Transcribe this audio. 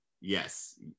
yes